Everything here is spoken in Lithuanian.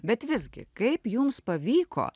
bet visgi kaip jums pavyko